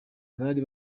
bari